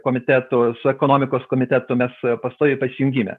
komitetu su ekonomikos komitetu mes pastoviai pasijungime